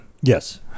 Yes